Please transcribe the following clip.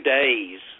days